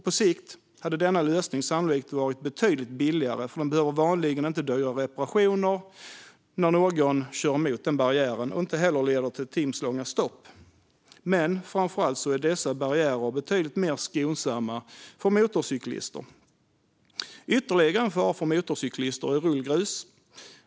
På sikt hade denna lösning sannolikt varit betydligt billigare, för det behövs vanligen inte dyra reparationer när någon kör emot barriären. Inte heller leder det till timslånga stopp. Men framför allt är dessa barriärer betydligt mer skonsamma mot motorcyklister. Ytterligare en fara för motorcyklister är rullgrus.